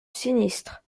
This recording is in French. sinistres